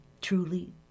truly